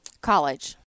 College